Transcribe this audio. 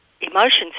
emotions